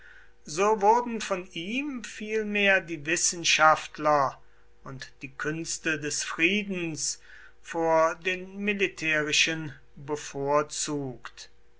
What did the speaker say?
so wurden von ihm vielmehr die wissenschafter und die künste des friedens vor den militärischen bevorzugt